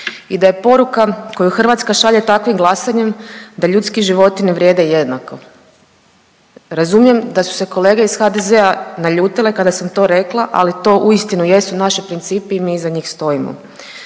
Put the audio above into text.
i da je poruka koju Hrvatska šalje takvim glasanjem da ljudski životi ne vrijede jednako. Razumijem da su se kolege iz HDZ-a naljutile kada sam rekla, ali to uistinu jesu naši principi i mi iza njih stojimo.